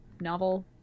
novel